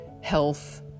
health